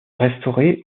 restaurée